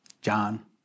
John